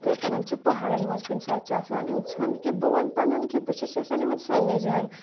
یِتھٕے کٔنۍ چھِ پَہَاڑن منٛز کُنہِ ساتہٕ چھِ آسان اِنسان کہِ بہٕ وَنہٕ پَنُن کہِ بہٕ چھَس یَژھان یِمَن سارِنٕے جایَن